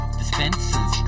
dispensers